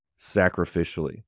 sacrificially